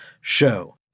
Show